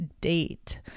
date